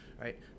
right